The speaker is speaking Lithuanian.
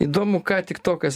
įdomu ką tiktokas